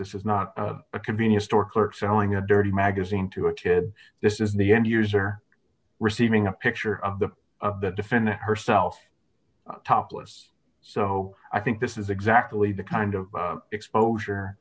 this is not a convenience store clerk selling a dirty magazine to a kid this is the end user receiving a picture of the defend herself topless so i think this is exactly the kind of exposure